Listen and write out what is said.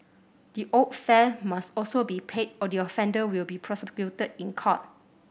the owed fare must also be paid or the offender will be prosecuted in court